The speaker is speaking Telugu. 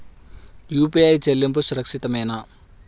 యూ.పీ.ఐ చెల్లింపు సురక్షితమేనా?